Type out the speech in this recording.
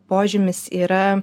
požymis yra